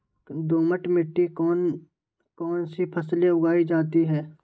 दोमट मिट्टी कौन कौन सी फसलें उगाई जाती है?